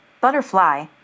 Butterfly